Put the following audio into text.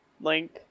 Link